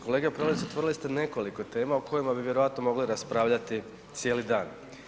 Kolega Prelec otvorili ste nekoliko tema o kojima bi vjerojatno mogli raspravljati cijeli dan.